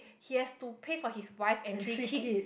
he has to pay for his wife and three kids